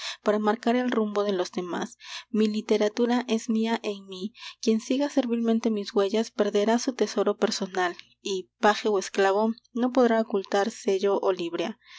para marcar el rumbo de los demás mi literatura es mía en mí quien siga servilmente mis huellas perderá su tesoro personal y paje o esclavo no podrá ocultar sello o librea